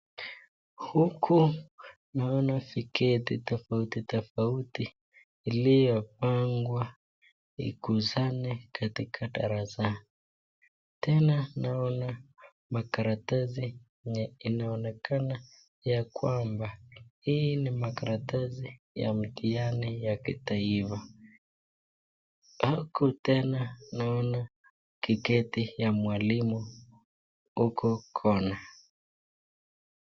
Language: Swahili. Huku Kuna viketi tofauti tofauti iliyopangwa iguzane katika darasani. Tena naona makaratasi enye inaonekana ya kwamba hii ni makaratasi ya mtiani ya kitaifa. Huku tena naona kiketi ya mwalimu huko kona.